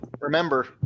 remember